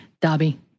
Dobby